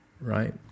right